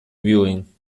viewing